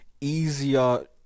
easier